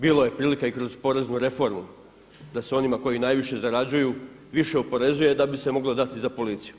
Bilo je prilika iz kroz poreznu reformu da se onima koji najviše zarađuju više oporezuje da bi se moglo dati za policiju.